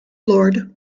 lord